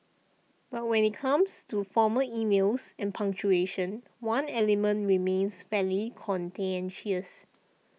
but when it comes to formal emails and punctuation one element remains fairly contentious